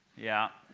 yeah.